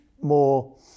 more